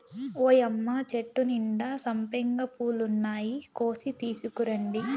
ఓయ్యమ్మ చెట్టు నిండా సంపెంగ పూలున్నాయి, కోసి తీసుకురండి